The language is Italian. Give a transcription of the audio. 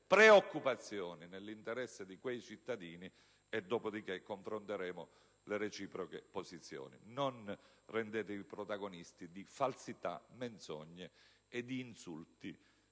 preoccupazioni nell'interesse di quei cittadini, dopodiché confronteremo le reciproche posizioni. Non rendetevi protagonisti di falsità, menzogne e insulti,